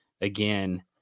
Again